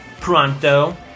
Pronto